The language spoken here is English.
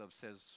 says